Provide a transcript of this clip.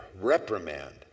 reprimand